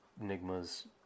Enigma's